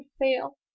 fail